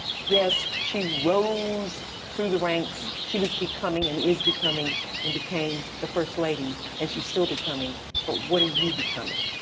yes, she rose through the ranks. she was becoming and is becoming and became the first lady and she's still becoming but what are you becoming?